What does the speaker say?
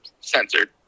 censored